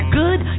good